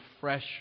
fresh